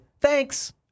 thanks